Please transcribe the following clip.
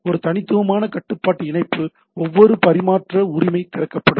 ஒரு தனித்துவமான கட்டுப்பாடு இணைப்பு ஒவ்வொரு பரிமாற்ற உரிமை திறக்கப்படும்